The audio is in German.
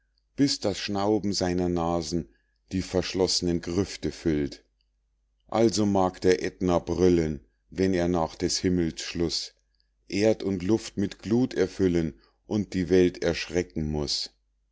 bis das schnauben seiner nasen die verschloss'nen grüfte füllt also mag der aetna brüllen wenn er nach des himmels schluß erd und luft mit gluth erfüllen und die welt erschrecken muß